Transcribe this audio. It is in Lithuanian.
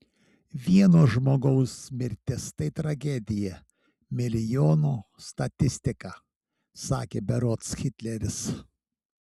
vieno žmogaus mirtis tai tragedija milijono statistika sakė berods hitleris